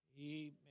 amen